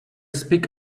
speak